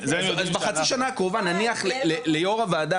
בחצי השנה הקרובה נניח ליו"ר הוועדה